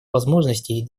возможностей